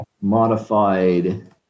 Modified